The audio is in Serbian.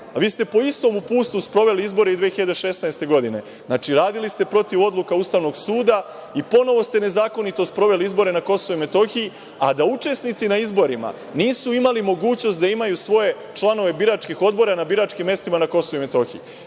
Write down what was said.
vi ste po istom uputstvu sproveli izbore i 2016. godine. Znači, radili ste protiv odluka Ustavnog suda i ponovo ste nezakonito sproveli izbore na Kosovu i Metohiji, a da učesnici na izborima nisu imali mogućnost da imaju svoje članove biračkih odbora na biračkim mestima na Kosovu i Metohiji.